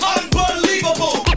unbelievable